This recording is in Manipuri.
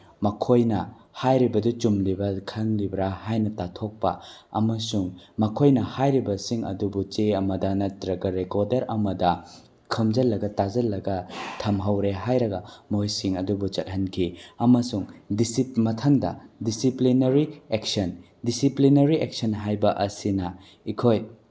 ꯃꯈꯣꯏꯅ ꯍꯥꯏꯔꯤꯕꯗꯨ ꯆꯨꯝꯂꯤꯕ ꯈꯜꯂꯤꯕ꯭ꯔ ꯍꯥꯏꯅ ꯇꯥꯊꯣꯛꯄ ꯑꯃꯁꯨꯡ ꯃꯈꯣꯏꯅ ꯍꯥꯏꯔꯤꯕꯁꯤꯡ ꯑꯗꯨꯕꯨ ꯆꯦ ꯑꯃꯗ ꯅꯠꯇ꯭ꯔꯒ ꯔꯦꯀꯣꯗꯔ ꯑꯃꯗ ꯈꯣꯝꯖꯤꯜꯂꯒ ꯇꯥꯁꯤꯜꯂꯒ ꯊꯝꯍꯧꯔꯦ ꯍꯥꯏꯔꯒ ꯃꯣꯏꯁꯤꯡ ꯑꯗꯨꯕꯨ ꯆꯠꯍꯟꯈꯤ ꯑꯃꯁꯨ ꯃꯊꯪꯗ ꯗꯤꯁꯤꯄ꯭ꯂꯤꯅꯔꯤ ꯑꯦꯛꯁꯟ ꯗꯤꯁꯤꯄ꯭ꯂꯤꯅꯔꯤ ꯑꯦꯛꯁꯟ ꯍꯥꯏꯕ ꯑꯁꯤꯅ ꯑꯩꯈꯣꯏ